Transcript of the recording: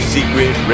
Secret